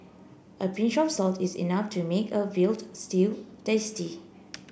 a pinch of salt is enough to make a veal stew tasty